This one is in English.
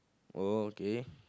oh okay